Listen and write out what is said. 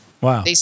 Wow